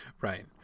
Right